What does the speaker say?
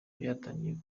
byatangiye